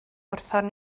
wrthon